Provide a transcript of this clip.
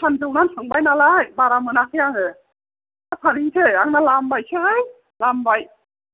सान्दुंआनो थांबाय नालाय बारा मोनाखै आङो नोंहा फानहैनिसै आंना लामबायसो हाय लामबाय